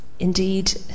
Indeed